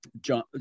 John